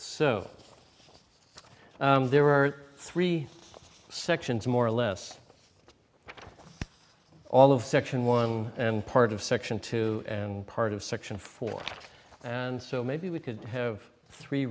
there are three sections more or less all of section one and part of section two and part of section four and so maybe we could have three